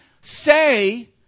say